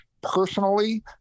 personally